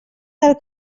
del